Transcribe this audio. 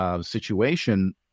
situation